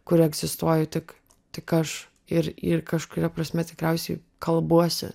kur egzistuoju tik tik aš ir ir kažkuria prasme tikriausiai kalbuosi